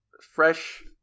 Fresh